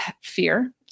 fear